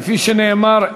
כפי שנאמר,